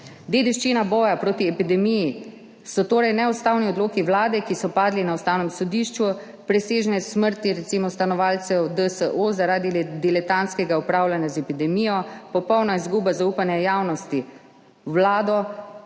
Dediščina boja proti epidemiji so torej neustavni odloki Vlade, ki so padli na Ustavnem sodišču, presežne smrti, recimo stanovalcev DSO zaradi diletantskega upravljanja z epidemijo, popolna izguba zaupanja javnosti v Vlado